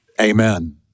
amen